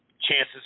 chances